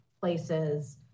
places